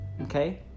Okay